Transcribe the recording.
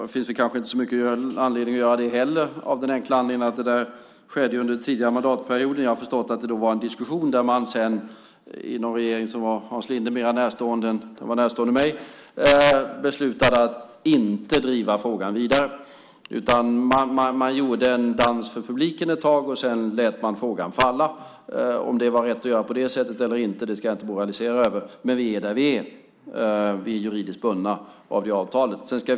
Det finns kanske inte heller så mycket anledning att göra det av den enkla anledningen att det där skedde under den förra mandatperioden. Jag har förstått att det då var en diskussion inom en regering som var mer närstående Hans Linde än mig och att man beslutade att inte driva frågan vidare, utan man gjorde en dans för publiken ett tag och lät sedan frågan falla. Om det var rätt att göra på det sättet eller inte ska jag inte moralisera över. Men vi är där vi är. Vi är juridiskt bundna av det avtalet.